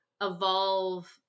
evolve